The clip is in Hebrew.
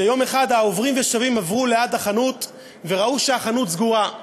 שיום אחד העוברים ושבים עברו לידה וראו שהיא סגורה.